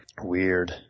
Weird